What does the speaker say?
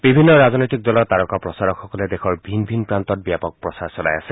বিভিন্ন ৰাজনৈতিক দলৰ তাৰকা প্ৰচাৰকসকলে দেশৰ বিভিন্ন প্ৰান্তত ব্যাপক প্ৰচাৰ চলাই আছে